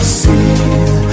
see